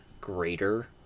greater